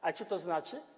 A co to znaczy?